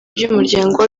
ry’umuryango